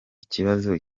ikibazo